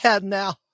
now